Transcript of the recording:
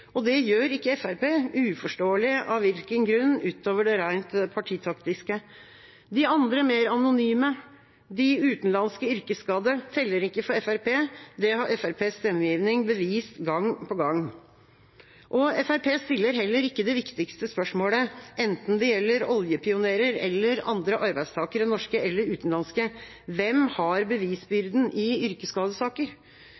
Det gjør ikke Fremskrittspartiet, uvisst av hvilken grunn, utover det rent partitaktiske. De andre, mer anonyme, de utenlandske yrkesskadde, teller ikke for Fremskrittspartiet, det har Fremskrittspartiets stemmegivning bevist gang på gang. Fremskrittspartiet stiller heller ikke det viktigste spørsmålet enten det gjelder oljepionerer eller andre arbeidstakere, norske eller utenlandske: Hvem har